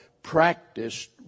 practiced